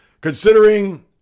considering